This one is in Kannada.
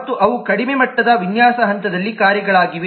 ಮತ್ತು ಅವು ಕಡಿಮೆ ಮಟ್ಟದ ವಿನ್ಯಾಸ ಹಂತದಲ್ಲಿ ಕಾರ್ಯಗಳಾಗಿವೆ